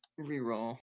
reroll